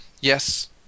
yes